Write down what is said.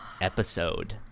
episode